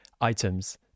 items